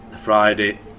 Friday